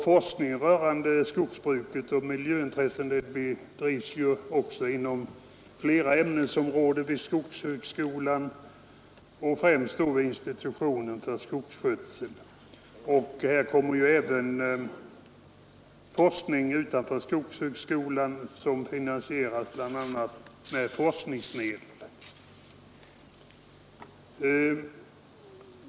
Forskning rörande skogsbruket och miljöintressena bedrivs ju också inom flera ämnesområden vid skogshögskolan, främst vid institutionen för skogsskötsel. Det bedrivs ju även utanför skogshögskolan forskning som finansieras bl.a. med forskningsmedel.